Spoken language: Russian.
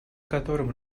которым